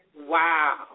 Wow